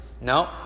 No